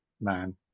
man